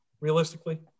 realistically